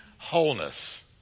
wholeness